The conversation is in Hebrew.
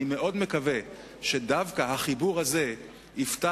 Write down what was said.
אני מאוד מקווה שדווקא החיבור הזה יפתח